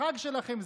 לחג שלכם,